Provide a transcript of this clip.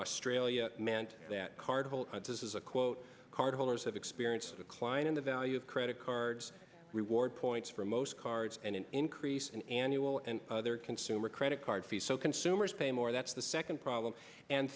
australia meant that cardholder this is a quote cardholders of experience of the client in the value of credit cards reward points for most cards and an increase in annual and other consumer credit card fees so consumers pay more that's the second problem and